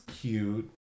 cute